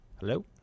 Hello